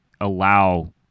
allow